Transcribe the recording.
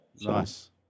Nice